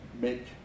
make